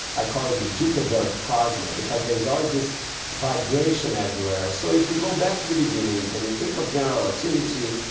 i call it the jitterbug cosma because there is always this vibration everywhere. so if you go back to the beginning and you think of general relativity,